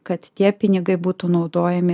kad tie pinigai būtų naudojami